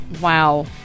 Wow